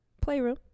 playroom